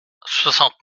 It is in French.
soixante